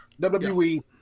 WWE